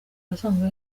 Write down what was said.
ahasanzwe